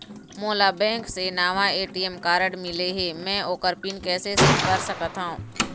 मोला बैंक से नावा ए.टी.एम कारड मिले हे, म ओकर पिन कैसे सेट कर सकत हव?